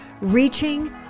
reaching